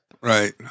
Right